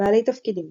בעלי תפקידים